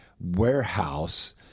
warehouse